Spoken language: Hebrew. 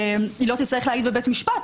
היא לא תצטרך להעיד בבית המשפט,